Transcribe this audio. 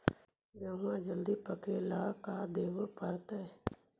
गेहूं जल्दी पके ल का देबे पड़तै?